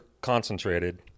concentrated